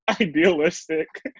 idealistic